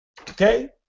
Okay